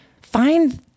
Find